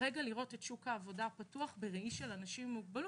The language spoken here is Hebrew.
כדי לראות את שוק העבודה בפתוח בראי של אנשים עם מוגבלות.